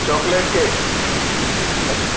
chocolate cake